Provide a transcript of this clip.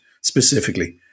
specifically